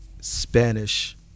Spanish